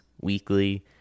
weekly